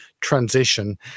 transition